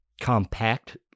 compact